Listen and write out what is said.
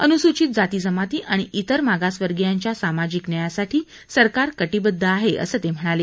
अनुसूचित जाती जमाती आणि वेर मागासवर्गीयांच्या सामाजिक न्यायासाठी सरकार कटिबद्ध आहे असं ते म्हणाले